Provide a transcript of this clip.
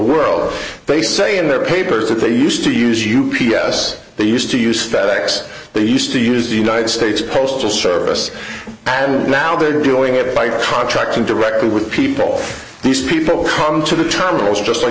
world they say in their papers that they used to use u p s they used to use fed ex they used to use the united states postal service and now they're doing it by contracting directly with people these people come to the terminals just like